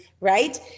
right